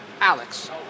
Alex